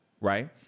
right